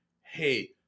hey